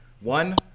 One